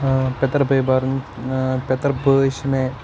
پیتٕر بٲے بارٕنۍ پیتٕر بٲے چھِ مےٚ